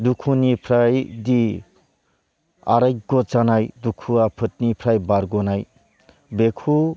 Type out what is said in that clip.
दुखुनिफ्रायदि आरायग' जानाय दुखु आफोदनिफ्राय बारग'नाय बेखौ